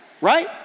Right